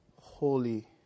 holy